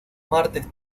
martes